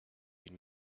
une